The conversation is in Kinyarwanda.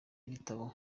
gitabo